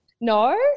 No